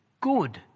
good